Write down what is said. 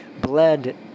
bled